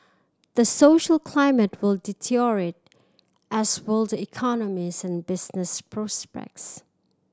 the social climate will deteriorate as will the economies and business prospects